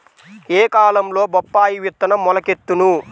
ఏ కాలంలో బొప్పాయి విత్తనం మొలకెత్తును?